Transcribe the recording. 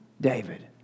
David